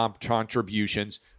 contributions